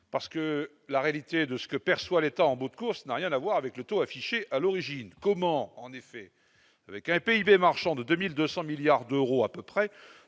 parce que la réalité de ce que perçoit l'état en bout de course, n'a rien à voir avec le taux affiché à l'origine, comment, en effet, avec un PIB marchand de 2200 milliards d'euros à peu près